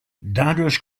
dadurch